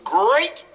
great